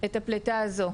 את הפליטה הזו.